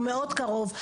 הוא מאוד קרוב.